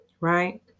right